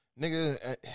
Nigga